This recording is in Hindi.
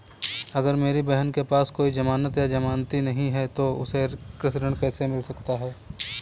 अगर मेरी बहन के पास कोई जमानत या जमानती नहीं है तो उसे कृषि ऋण कैसे मिल सकता है?